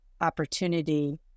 opportunity